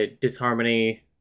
disharmony